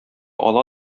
ала